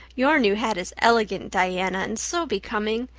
your new hat is elegant, diana, and so becoming.